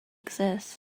exist